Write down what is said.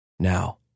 Now